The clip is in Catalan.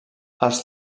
els